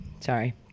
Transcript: Sorry